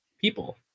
people